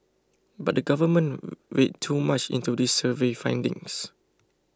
but the government read too much into these survey findings